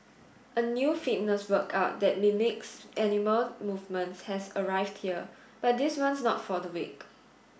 a new fitness workout that mimics animal movements has arrived here but this one's not for the weak